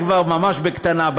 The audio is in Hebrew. זה כבר ממש בקטנה.